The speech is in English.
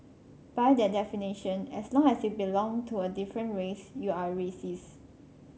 by that definition as long as you belong to a different race you are racist